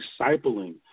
discipling